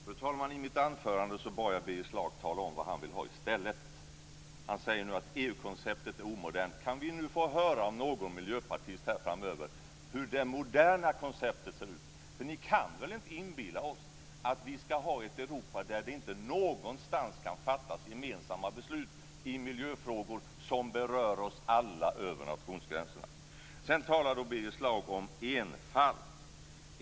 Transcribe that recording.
Fru talman! I mitt anförande bad jag Birger Schlaug tala om vad han vill ha i stället. Han säger nu att EU-konceptet är omodernt. Kan vi nu få höra från någon miljöpartist framöver hur det moderna konceptet ser ut? Ni kan väl inte inbilla oss att vi ska ha ett Europa där det inte någonstans kan fattas gemensamma beslut i miljöfrågor som berör oss alla över nationsgränserna? Birger Schlaug talar om enfald.